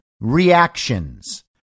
reactions